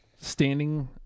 standing